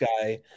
guy